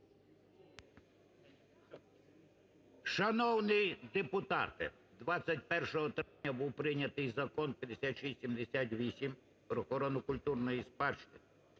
Шановні депутати! 21 травня був прийнятий закон 5678 про охорону культурної спадщини,